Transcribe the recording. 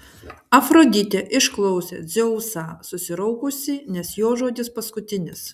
afroditė išklausė dzeusą susiraukusi nes jo žodis paskutinis